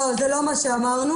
זה לא מה שאמרנו,